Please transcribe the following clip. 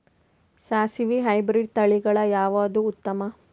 ಸಾಸಿವಿ ಹೈಬ್ರಿಡ್ ತಳಿಗಳ ಯಾವದು ಉತ್ತಮ?